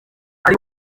ari